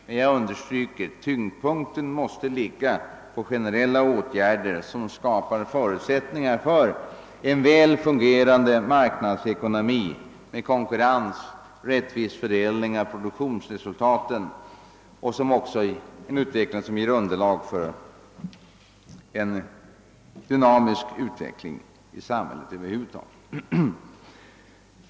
Men jag understryker att tyngdpunkten måste ligga på generella åtgärder som skapar förutsättningar för en väl fungerande marknadsekonomi med konkurrens, en rätt vis fördelning av produktionsresultaten och en dynamisk utveckling i samhället över huvud taget.